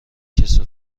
کسل